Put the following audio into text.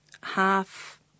half